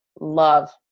love